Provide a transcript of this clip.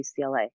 UCLA